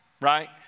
right